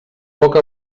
poc